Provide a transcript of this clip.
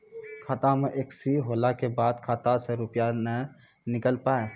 खाता मे एकशी होला के बाद खाता से रुपिया ने निकल पाए?